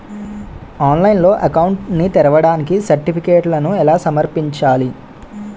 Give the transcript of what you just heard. ఆన్లైన్లో అకౌంట్ ని తెరవడానికి సర్టిఫికెట్లను ఎలా సమర్పించాలి?